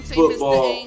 football